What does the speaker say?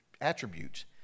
attributes